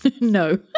No